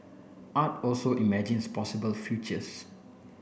art also imagines possible futures